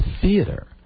theater